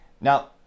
Now